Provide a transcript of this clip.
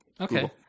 okay